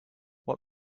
what